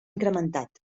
incrementat